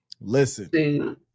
listen